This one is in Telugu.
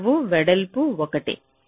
పొడవు వెడల్పు ఒకటే